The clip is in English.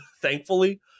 thankfully